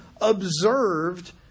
observed